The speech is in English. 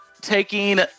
taking